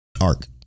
arc